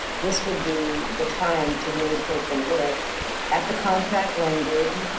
this would be the time to really take a look at the contract language,